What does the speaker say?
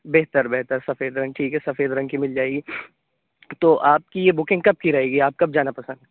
بہتر بہتر سفید رنگ ٹھیک ہے سفید رنگ کی مل جائے گی تو آپ کی یہ بکنگ کب کی رہے گی آپ کب جانا پسند